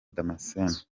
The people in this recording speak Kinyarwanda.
damascene